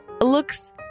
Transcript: looks